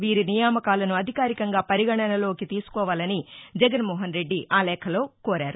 వీరి నియామకాలను అధికారికంగా పరిగణనలోకి తీసుకోవాలని జగన్నోహన్రెడ్డి ఆ లేఖలో కోరారు